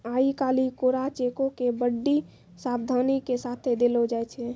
आइ काल्हि कोरा चेको के बड्डी सावधानी के साथे देलो जाय छै